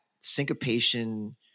syncopation